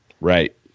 Right